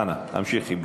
אנא, המשיכי בדברייך.